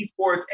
esports